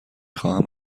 خواهم